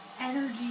energy